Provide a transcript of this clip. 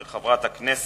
של חברת הכנסת